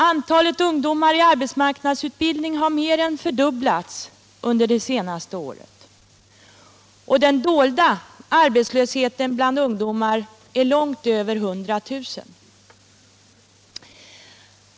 Antalet ungdomar i arbetsmarknadsutbildning har mer än fördubblats under det senaste året. Den dolda arbetslösheten bland ungdomar är långt över 100 000.